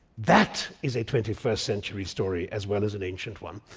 that is a twenty first century story as well as an ancient one.